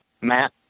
Matt